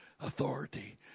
Authority